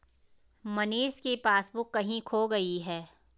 मनीष की पासबुक कहीं खो गई है